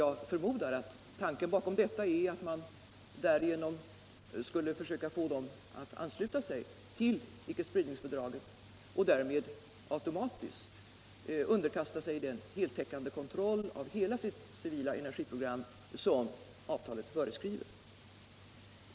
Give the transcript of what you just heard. Jag förmodar att tanken bakom detta är att man därigenom skulle försöka få dem att ansluta sig till icke-spridningsfördraget och därmed automatiskt underkasta sig den heltäckande kontroll av hela sitt civila energiprogram som avtalet föreskriver.